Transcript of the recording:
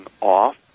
off